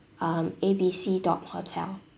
um A B C dot hotel